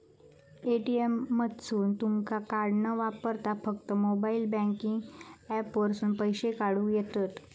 ATM मधसून तुमका card न वापरता फक्त मोबाईल बँकिंग ऍप वापरून पैसे काढूक येतंत